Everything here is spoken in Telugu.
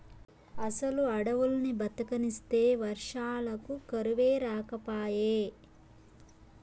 అసలు అడవుల్ని బతకనిస్తే వర్షాలకు కరువే రాకపాయే